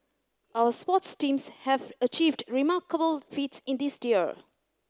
our sports teams have achieved remarkable feats in this year